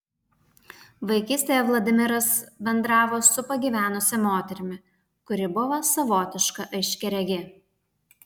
vaikystėje vladimiras bendravo su pagyvenusia moterimi kuri buvo savotiška aiškiaregė